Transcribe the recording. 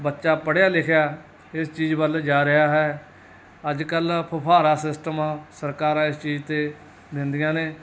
ਬੱਚਾ ਪੜ੍ਹਿਆ ਲਿਖਿਆ ਇਸ ਚੀਜ਼ ਵੱਲ ਜਾ ਰਿਹਾ ਹੈ ਅੱਜ ਕੱਲ੍ਹ ਫੁਹਾਰਾ ਸਿਸਟਮ ਸਰਕਾਰਾਂ ਇਸ ਚੀਜ਼ 'ਤੇ ਦਿੰਦੀਆਂ ਨੇ